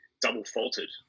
double-faulted